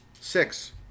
Six